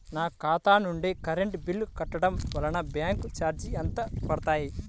నా ఖాతా నుండి కరెంట్ బిల్ కట్టడం వలన బ్యాంకు చార్జెస్ ఎంత పడతాయా?